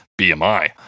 BMI